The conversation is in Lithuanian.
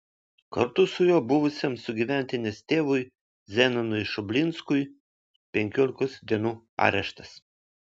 kartu su juo buvusiam sugyventinės tėvui zenonui šoblinskui penkiolikos dienų areštas